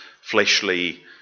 fleshly